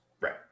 right